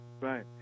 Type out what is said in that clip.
Right